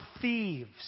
thieves